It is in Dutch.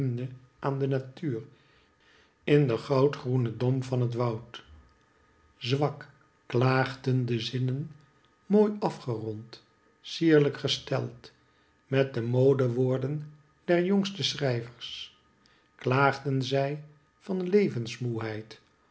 aan de natuur in den goudgroenen dom van het woud zwak klaagden de zinnen mooi afgerond sierlijk gesteld met de modewoorden der jongste schrijvers klaagden zij van